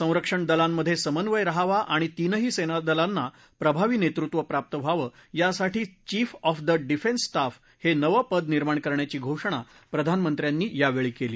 संरक्षण दलांमधे समन्वय रहावा आणि तीनही सैनादलांना प्रभावी नेतृत्व प्राप्त व्हावं यासाठी chief of the defence staff हे नवं पद निर्माण करण्याची घोषणा प्रधानमंत्र्यांनी यावेळी केली